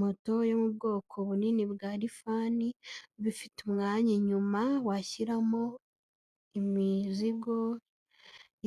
Moto yo mu bwoko bunini bwarifani iba ifite umwanya inyuma washyiramo imizigo